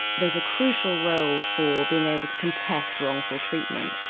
there's a crucial role for being able to contest wrongful treatment,